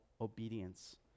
obedience